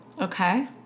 Okay